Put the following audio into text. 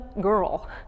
girl